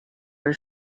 does